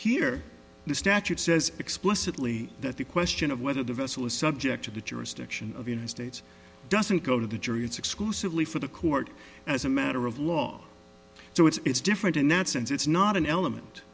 here the statute says explicitly that the question of whether the vessel is subject to the jurisdiction of united states doesn't go to the jury it's exclusively for the court as a matter of law so it's different in that sense it's not an element